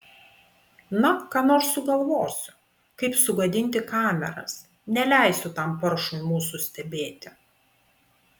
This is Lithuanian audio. na ką nors sugalvosiu kaip sugadinti kameras neleisiu tam paršui mūsų stebėti